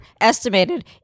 estimated